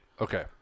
Okay